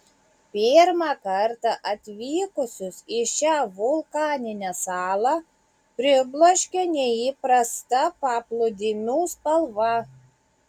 pirmą kartą atvykusius į šią vulkaninę salą pribloškia neįprasta paplūdimių spalva